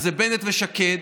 בנט ושקד: